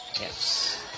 Yes